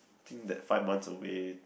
think that five months away